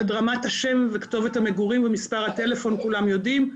עד רמת השם וכתובת המגורים ומספר הטלפון כולם יודעים,